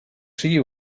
sigui